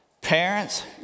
Parents